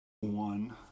one